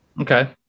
Okay